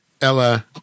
Ella